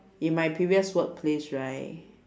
in my previous workplace right